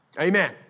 Amen